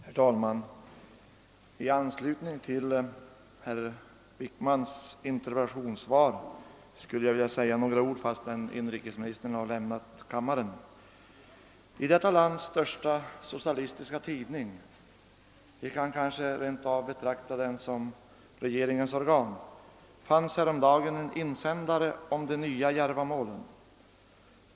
Herr talman! I anslutning till herr Wickmans interpellationssvar skulle jag vilja säga några ord, fastän industriministern nu lämnat kammaren. I detta lands största socialistiska tidning — vi kanske rent av kan betrakta den som regeringens organ — fanns häromdagen en insändare om de nya djärva målen.